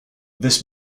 this